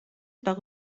par